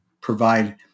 provide